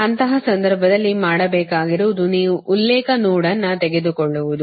ಅಂತಹ ಸಂದರ್ಭದಲ್ಲಿ ಮಾಡಬೇಕಾಗಿರುವುದು ನೀವು ಉಲ್ಲೇಖ ನೋಡ್ ಅನ್ನು ತೆಗೆದುಕೊಳ್ಳುವುದು